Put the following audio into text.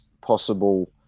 possible